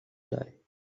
die